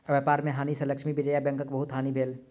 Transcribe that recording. व्यापार में हानि सँ लक्ष्मी विजया बैंकक बहुत हानि भेल